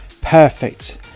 perfect